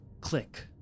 click